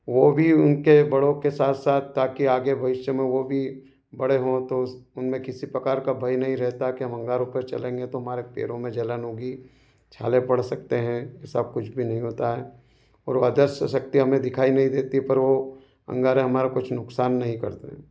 वो भी उनके बड़ो के साथ साथ ताकी आगे भविष्य में वो भी बड़े हों तो उनमें किसी प्रकार का भय नहीं रहता कि हम अंगारों पर चलेंगे तो हमारे पैरों में जलन होगी छाले पड़ सकते हैं ऐसा कुछ भी नहीं होता है वो अदृश्य शक्ति हमें दिखाई नहीं देती पर वो अंगारे हमारा कुछ नहीं नुकसान नहीं करते